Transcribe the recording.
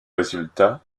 résultats